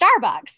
Starbucks